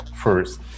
first